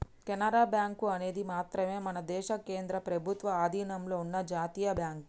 Canara bank అనేది మాత్రమే మన దేశ కేంద్ర ప్రభుత్వ అధీనంలో ఉన్న జాతీయ బ్యాంక్